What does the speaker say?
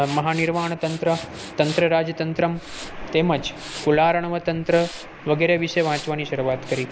મહા નિર્વાણ તંત્ર તંત્ર રાજ તંત્રમ તેમ જ કુલાર્વણ તંત્ર વગેરે વિષે વાંચવાની શરૂઆત કરી